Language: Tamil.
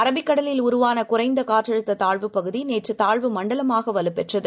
அரபிக்கடலில்உருவானகுறைந்தகாற்றழுத்ததாழ்வுப்பகுதிநேற்றுதாழ்வுமண் டலமாகவலுப்பெற்றது